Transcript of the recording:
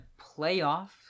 playoff